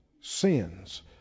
sins